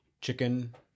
chicken